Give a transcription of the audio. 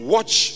Watch